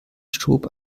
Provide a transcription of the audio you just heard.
schob